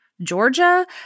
Georgia